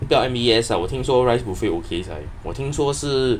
M_B_S 我听说 rise buffet okay sia 我听说是